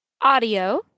audio